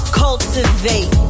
cultivate